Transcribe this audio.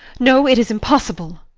no it is impossible.